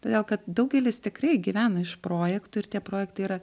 todėl kad daugelis tikrai gyvena iš projektų ir tie projektai yra